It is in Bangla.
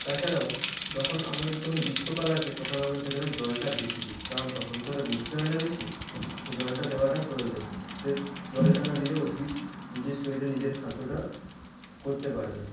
তাছাড়াও যখন আমরা যখন গীষ্মকাল আসে তখন আমরা সেখানে জলটা বেশি দিই কারণ তখন তো আর বৃষ্টি হয় না বেশি তো জলটা দেওয়াটা প্রয়োজন সে জলটা না দিলে উদ্ভিদ নিজের শরীরে নিজের খাদ্যটা করতে পারবে না